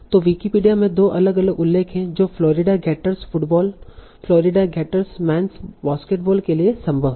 तो विकिपीडिया में दो अलग अलग उल्लेख हैं जो फ्लोरिडा गेटर्स फुटबॉल और फ्लोरिडा गेटर्स मेन्स बास्केटबॉल के लिए संभव हैं